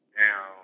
now